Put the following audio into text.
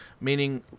meaning